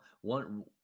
one